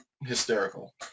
hysterical